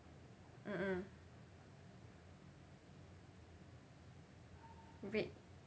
mm mm rate